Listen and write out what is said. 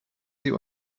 sie